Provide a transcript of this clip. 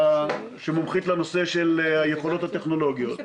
שמומחית לנושא היכולות הטכנולוגיות.